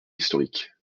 historique